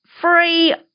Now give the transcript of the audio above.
free